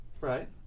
Right